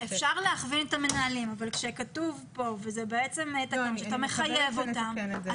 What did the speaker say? אפשר להכווין את המנהלים אבל כשכתוב כאן וזה בעצם מחייב אותם,